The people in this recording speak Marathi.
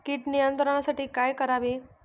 कीड नियंत्रणासाठी काय करावे?